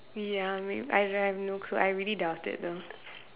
ya I mean I have no clue I really doubt it though